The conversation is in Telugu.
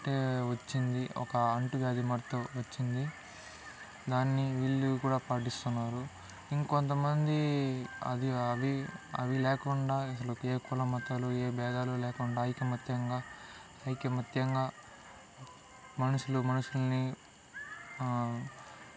అట్లే వచ్చింది ఒక అంటూ వ్యాధి మత్తు వచ్చింది దాన్ని వీళ్ళు కూడా పాటిస్తున్నారు ఇంకొంతమంది అది అవి అవి లేకుండా అసలు ఏ కుల మతాలు ఏ బేధాలు లేకుండా ఐకమత్యంగా ఐకమత్యంగా మనుషులు మనుషులని